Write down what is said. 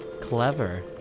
clever